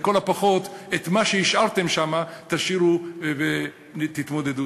לכל הפחות את מה שהשארתם שם תשאירו, ותתמודדו.